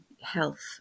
health